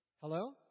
Hello